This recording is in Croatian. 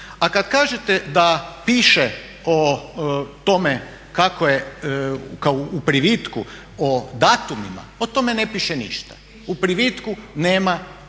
A kad kažete da piše o tome kako je kao u privitku o datumima, o tome ne piše ništa. U privitku nema toga